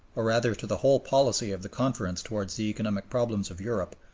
or rather to the whole policy of the conference towards the economic problems of europe,